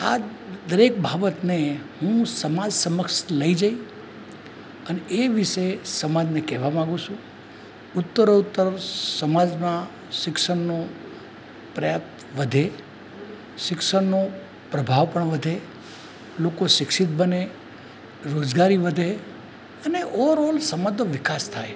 આ જ દરેક બાબતને હું સમાજ સમક્ષ લઈ જઈ અને એ વિષયે સમાજને કહેવા માગુ છું ઉત્તરોત્તર સમાજમાં શિક્ષણનો પર્યાપ્ત વધે શિક્ષણનો પ્રભાવ પણ વધે લોકો શિક્ષિત બને રોજગારી વધે અને ઓવરઓલ સમાજનો વિકાસ થાય